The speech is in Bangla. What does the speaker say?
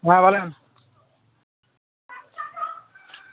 হ্যাঁ বলেন